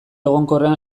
egonkorrean